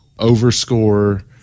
overscore